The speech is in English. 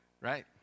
right